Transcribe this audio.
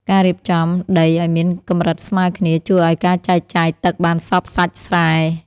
ការរៀបចំដីឱ្យមានកម្រិតស្មើគ្នា ជួយឱ្យការចែកចាយទឹកបានសព្វសាច់ស្រែ។